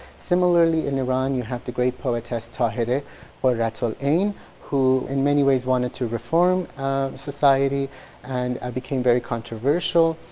similarly in iran, you have the great poetess, tahirih qurrat so al-'ayn who in many ways wanted to reform society and became very controversial.